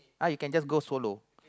ah you can just go solo